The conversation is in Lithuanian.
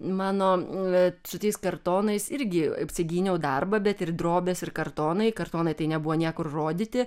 mano bet su tais kartonais irgi apsigyniau darbą bet ir drobės ir kartonai kartonai tai nebuvo niekur rodyti